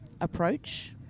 approach